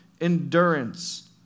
endurance